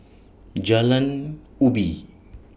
Jalan Ubi